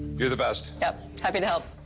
you're the best. yep, happy to help.